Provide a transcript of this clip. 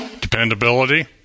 Dependability